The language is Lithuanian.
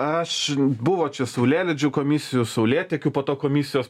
aš buvo čia saulėlydžių komisijų saulėtekių po to komisijos